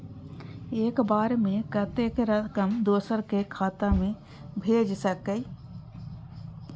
एक बार में कतेक रकम दोसर के खाता में भेज सकेछी?